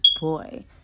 boy